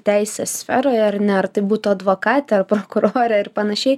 teisės sferoje ar ne ar tai būtų advokatė prokurorė ir panašiai